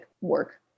work